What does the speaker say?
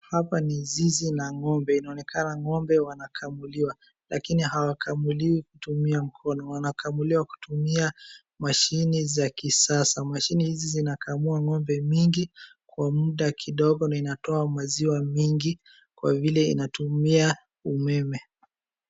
Hapa ni zizi la ng'ombe. Inaonekana ng'ombe wanakamuliwa, lakini hawakamuliwi kutumia mkono. Wanakamuliwa kutumia mashine za kisasa. Mashine hizi zinakamua ng'ombe mingi kwa muda mdogo na inatoa maziwa mingi kwa vile inatumia umeme.